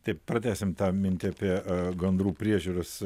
taip pratęsim tą mintį apie gandrų priežiūros